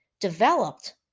developed